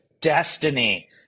destiny